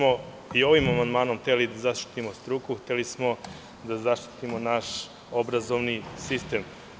Ovim amandmanom smo hteli da zaštitimo struku, hteli smo da zaštitimo naš obrazovni sistem.